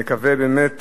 נקווה באמת